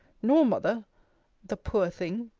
nor mother the poor thing!